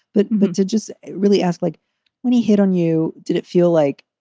but but to just really ask, like when he hit on you, did it feel like,